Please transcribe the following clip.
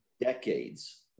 decades